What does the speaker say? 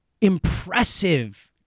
impressive